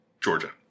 Georgia